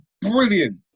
brilliant